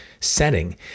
setting